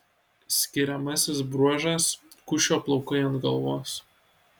skiriamasis bruožas kušio plaukai ant galvos